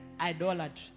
idolatry